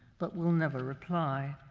but will never reply.